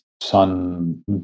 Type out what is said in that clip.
son